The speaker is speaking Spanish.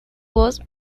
voz